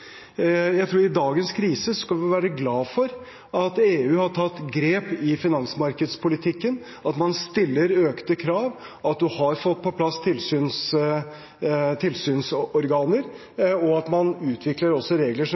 Jeg tror at vi i dagens krise skal være glad for at EU har tatt grep i finansmarkedspolitikken, at man stiller økte krav, at man har fått på plass tilsynsorganer, og at man også utvikler regler som